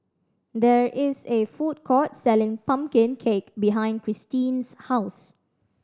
there is a food court selling pumpkin cake behind Christeen's house